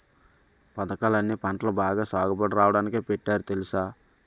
పదకాలన్నీ పంటలు బాగా సాగుబడి రాడానికే పెట్టారు తెలుసా?